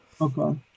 Okay